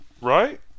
right